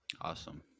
awesome